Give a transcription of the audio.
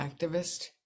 activist